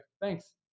Thanks